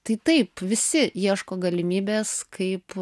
tai taip visi ieško galimybės kaip